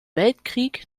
weltkrieg